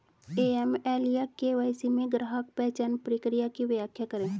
AML या KYC में ग्राहक पहचान प्रक्रिया की व्याख्या करें?